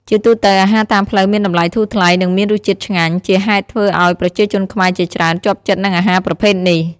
ជាទូទៅ អាហារតាមផ្លូវមានតម្លៃធូរថ្លៃ និងមានរសជាតិឆ្ងាញ់ ជាហេតុធ្វើឲ្យប្រជាជនខ្មែរជាច្រើនជាប់ចិត្តនឹងអាហារប្រភេទនេះ។